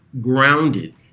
grounded